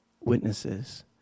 witnesses